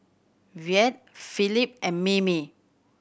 Yvette Felipe and Mimi